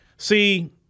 See